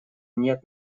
нет